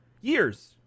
years